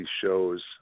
shows